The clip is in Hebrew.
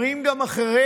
אומרים גם אחרים.